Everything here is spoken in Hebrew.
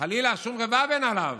חלילה שום רבב אין עליו.